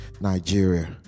Nigeria